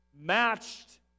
matched